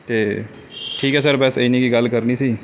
ਅਤੇ ਠੀਕ ਹੈ ਸਰ ਬਸ ਇੰਨੀ ਕੁ ਗੱਲ ਕਰਨੀ ਸੀ